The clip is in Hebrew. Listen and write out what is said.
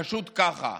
פשוט ככה: